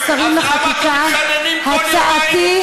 תמשיכי, גברתי.